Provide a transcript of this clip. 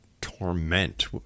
torment